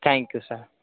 thank you sir